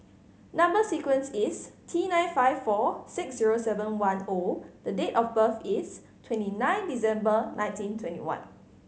number sequence is T nine five four six zero seven one O the date of birth is twenty nine December nineteen twenty one